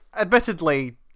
admittedly